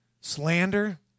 slander